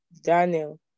Daniel